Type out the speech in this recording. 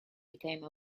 became